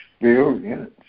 experience